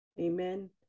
Amen